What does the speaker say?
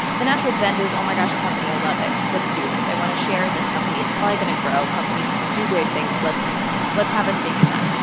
the natural bent is, oh, my gosh, a company. i love it. let's do this. i want a share in this company. it's probably going to grow. companies do great things. let's let's have a stake in that.